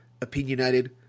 opinionated